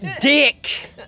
dick